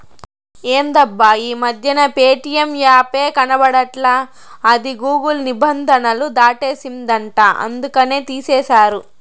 ఎందబ్బా ఈ మధ్యన ప్యేటియం యాపే కనబడట్లా అది గూగుల్ నిబంధనలు దాటేసిందంట అందుకనే తీసేశారు